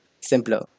simpler